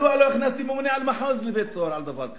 מדוע לא הכנסתם ממונה על מחוז לבית-סוהר על דבר כזה?